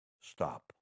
stop